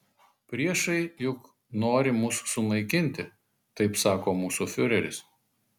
priešai juk nori mus sunaikinti taip sako mūsų fiureris